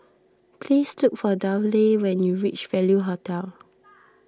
please look for Dudley when you reach Value Hotel